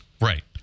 Right